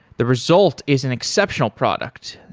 the result is an exceptional product.